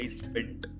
spent